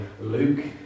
Luke